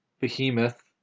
Behemoth